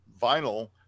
vinyl